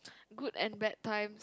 good and bad times